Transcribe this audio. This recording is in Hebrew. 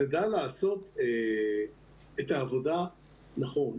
תדע לעשות את העבודה נכון,